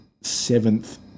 seventh